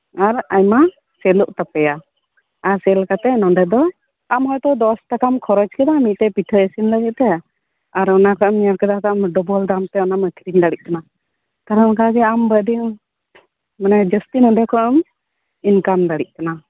ᱟᱨ ᱟᱭᱢᱟ ᱥᱮᱞᱚᱜ ᱛᱟᱯᱮᱭᱟ ᱟᱨ ᱥᱮᱞ ᱠᱟᱛᱮᱜ ᱱᱚᱰᱮ ᱫᱚ ᱟᱢ ᱦᱚᱭ ᱛᱚ ᱫᱚᱥ ᱴᱟᱠᱟᱢ ᱠᱷᱚᱨᱚᱪ ᱠᱮᱫᱟ ᱢᱤᱫᱴᱟᱝ ᱯᱤᱴᱷᱟᱹ ᱤᱥᱤᱱ ᱞᱟᱹᱜᱤᱫ ᱛᱮ ᱟᱨ ᱚᱱᱟ ᱠᱷᱚᱡ ᱮᱢ ᱧᱮᱞ ᱠᱮᱫᱟ ᱚᱱᱟᱢ ᱰᱚᱵᱚᱞ ᱫᱟᱢ ᱛᱮ ᱚᱱᱟᱢ ᱟᱹᱠᱷᱨᱤᱧ ᱫᱟᱲᱮᱭᱟᱜ ᱠᱟᱱᱟ ᱛᱟᱦᱞᱮ ᱚᱱᱠᱟᱜᱮ ᱟᱰᱤ ᱟᱭᱢᱟ ᱢᱟᱱᱮ ᱡᱟᱹᱥᱛᱤ ᱱᱚᱰᱮ ᱠᱷᱚᱡ ᱮᱢ ᱤᱱᱠᱟᱢ ᱫᱟᱲᱮᱭᱟᱜ ᱠᱟᱱᱟ